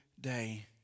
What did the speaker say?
day